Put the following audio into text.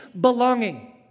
belonging